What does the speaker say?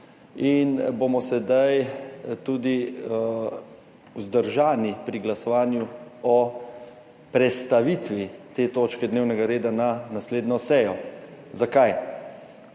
in bomo sedaj tudi vzdržani pri glasovanju o prestavitvi te točke dnevnega reda na naslednjo sejo. Zakaj?